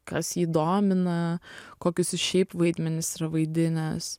kas jį domina kokius jis šiaip vaidmenis yra vaidinęs